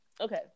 Okay